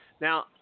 Now